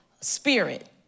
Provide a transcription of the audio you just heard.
spirit